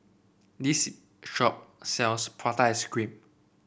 this shop sells Prata Ice Cream